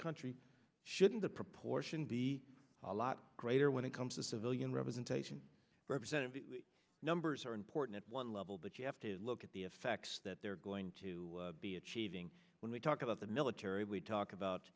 country shouldn't the proportion be a lot greater when it comes to civilian representation represented the numbers are important at one level but you have to look at the effects that they're going to be achieving when we talk about the military we talk about